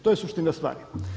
To je suština stvari.